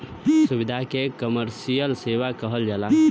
सुविधा के कमर्सिअल सेवा कहल जाला